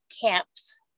camps